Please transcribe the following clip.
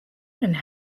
and